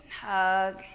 hug